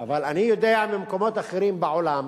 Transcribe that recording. אבל אני יודע, במקומות אחרים בעולם,